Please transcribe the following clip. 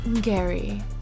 Gary